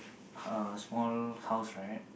uh small house right